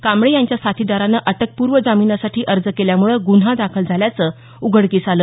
कांबळे यांच्या साथीदारानं अटकपूर्व जामिनासाठी अर्ज केल्यामुळं गुन्हा दाखल झाल्याचं उघडकीस आलं